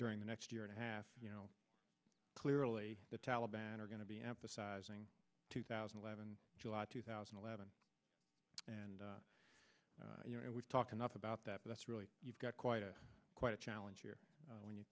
during the next year and a half you know clearly the taliban are going to be emphasizing two thousand and seven july two thousand and eleven and you know we've talked enough about that that's really you've got quite a quite a challenge here when you